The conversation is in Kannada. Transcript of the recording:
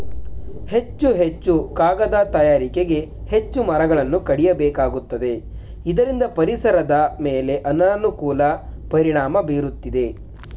ಹೆಚ್ಚು ಹೆಚ್ಚು ಕಾಗದ ತಯಾರಿಕೆಗೆ ಹೆಚ್ಚು ಮರಗಳನ್ನು ಕಡಿಯಬೇಕಾಗುತ್ತದೆ ಇದರಿಂದ ಪರಿಸರದ ಮೇಲೆ ಅನಾನುಕೂಲ ಪರಿಣಾಮ ಬೀರುತ್ತಿದೆ